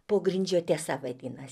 pogrindžio tiesa vadinosi